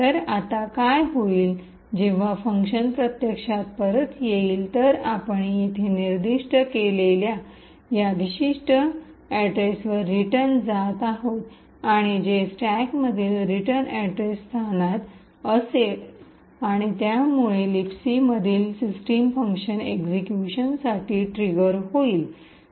तर आता काय होईल जेव्हा फंक्शन प्रत्यक्षात परत येईल तर आपण येथे निर्दिष्ट केलेल्या या विशिष्ट अड्रेसवर रिटर्न जात आहोत आणि जे स्टॅकमधील रिटर्न अॅड्रेस स्थानात असेल आणि यामुळे लिबसी मधील सिस्टम फंक्शन एक्सिक्यूशन साठी ट्रिगर होईल